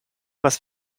was